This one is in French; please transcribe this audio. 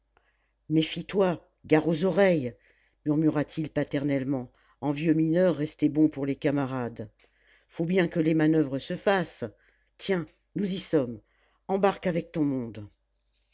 méfie toi gare aux oreilles murmura-t-il paternellement en vieux mineur resté bon pour les camarades faut bien que les manoeuvres se fassent tiens nous y sommes embarque avec ton monde